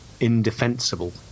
Indefensible